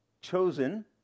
chosen